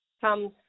comes